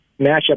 matchup